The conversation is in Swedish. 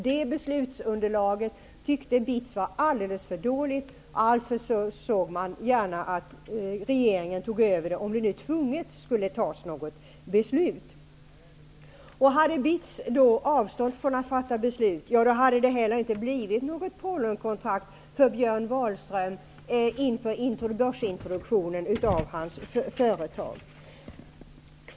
Det beslutsunderlaget tyckte BITS var alldeles för dåligt och man såg gärna att regeringen övertog beslutet. Man såg alltså gärna att regeringen tog över, om det nu tvunget skulle tas ett beslut. Om BITS hade avstått från att fatta beslut hade det inte blivit något Polenkontrakt för Björn Wahlström inför börsintroduktionen av hans företag.